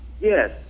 yes